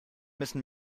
müssen